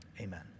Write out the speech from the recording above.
Amen